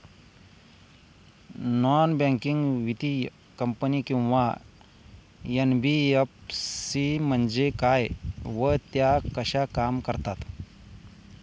Non banking वित्तीय company किंवा NBFC म्हणजे काय व त्या कशा काम करतात?